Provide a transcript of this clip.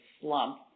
slump